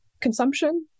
consumption